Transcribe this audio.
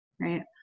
Right